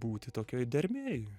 būti tokioj dermėj